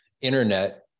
internet